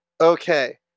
okay